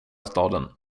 staden